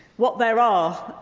what there are,